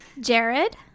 Jared